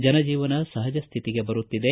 ಜನಜೀವನ ಸಹಜ ಸ್ಥಿತಿಗೆ ಬರುತ್ತಿದೆ